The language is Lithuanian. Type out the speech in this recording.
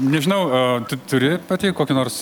nežinau o tu turi pati kokių nors